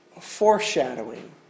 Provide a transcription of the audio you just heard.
foreshadowing